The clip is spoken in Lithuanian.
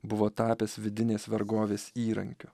buvo tapęs vidinės vergovės įrankiu